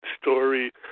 story